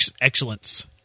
Excellence